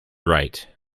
right